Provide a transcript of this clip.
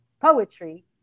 poetry